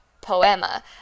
poema